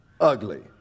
ugly